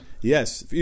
Yes